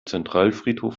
zentralfriedhof